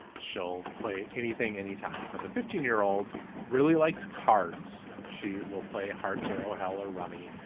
she'll play anything anytime. but the fifteen year old really likes cards. she will play hearts or or hell or rummy.